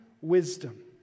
wisdom